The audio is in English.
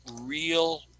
real